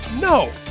no